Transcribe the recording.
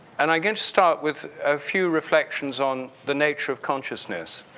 and i'm going to start with a few reflections on the nature of consciousness.